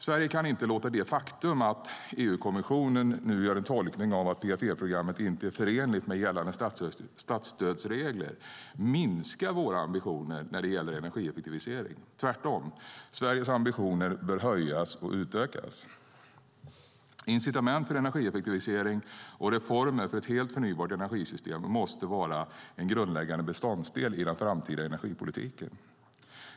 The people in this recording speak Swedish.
Sverige kan inte låta det faktum att EU-kommissionen nu gör tolkningen att PFE-programmet inte är förenligt med gällande statsstödsregler minska våra ambitioner när det gäller energieffektivisering. Tvärtom, Sveriges ambitioner bör höjas och utökas! Incitament för energieffektivisering och reformer för ett helt förnybart energisystem måste vara en grundläggande beståndsdel i den framtida energipolitiken.